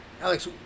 Alex